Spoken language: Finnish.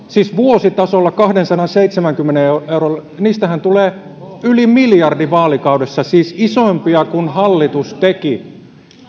siis vuositasolla kahdensadanseitsemänkymmenen euron niistähän tulee yli miljardi vaalikaudessa siis isompia kuin hallitus teki